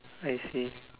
I see